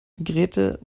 grete